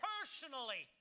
personally